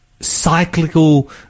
Cyclical